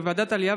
בוועדת העלייה,